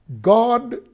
God